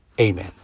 Amen